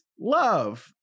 love